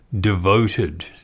devoted